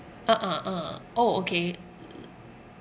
ah ah ah orh okay